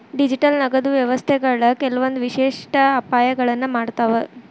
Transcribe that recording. digital ನಗದು ವ್ಯವಸ್ಥೆಗಳು ಕೆಲ್ವಂದ್ ವಿಶಿಷ್ಟ ಅಪಾಯಗಳನ್ನ ಮಾಡ್ತಾವ